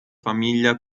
famiglia